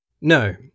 No